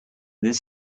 this